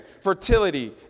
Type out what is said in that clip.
fertility